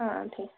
ହଁ ଠିକ